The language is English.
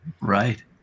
Right